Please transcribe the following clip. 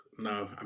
No